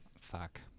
Fuck